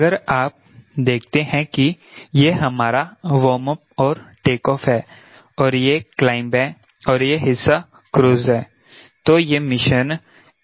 अगर आप देखते हैं कि यह हमारा वार्म अप और टेकऑफ़ है और यह क्लाइंब है और यह हिस्सा क्रूज़ है तो यह मिशन की रूपरेखा है